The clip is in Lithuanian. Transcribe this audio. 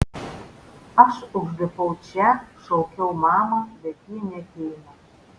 aš užlipau čia šaukiau mamą bet ji neateina